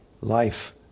life